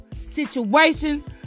situations